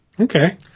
Okay